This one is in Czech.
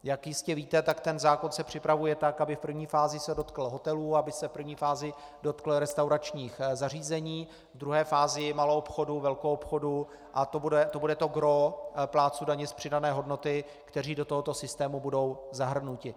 Jak jistě víte, ten zákon se připravuje tak, aby se v první fázi dotkl hotelů, aby se v první fázi dotkl restauračních zařízení, ve druhé fázi i maloobchodu, velkoobchodu, a to bude to gros plátců daně z přidané hodnoty, kteří do tohoto systému budou zahrnuti.